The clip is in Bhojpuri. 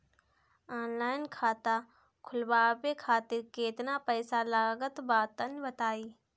ऑनलाइन खाता खूलवावे खातिर केतना पईसा लागत बा तनि बताईं?